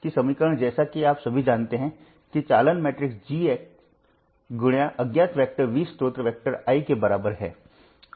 तो यह आपको सभी स्थितियों के लिए नोडल विश्लेषण करने में कुछ अभ्यास देगा